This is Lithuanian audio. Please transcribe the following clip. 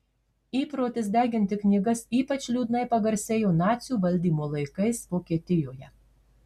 įprotis deginti knygas ypač liūdnai pagarsėjo nacių valdymo laikais vokietijoje